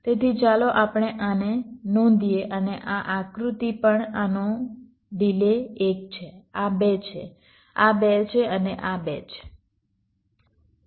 તેથી ચાલો આપણે આને નોંધીએ અને આ આકૃતિ પણ આનો ડિલે 1 છે આ 2 છે આ 2 છે અને આ 2 છે